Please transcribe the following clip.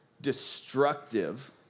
destructive